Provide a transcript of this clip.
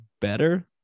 better